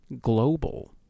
global